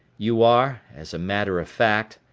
you are, as a matter of fact,